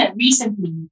recently